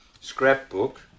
scrapbook